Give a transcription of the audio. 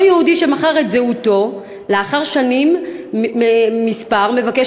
אותו יהודי שמכר את זהותו לאחר שנים אחדות מבקש